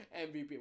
MVP